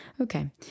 Okay